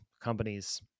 companies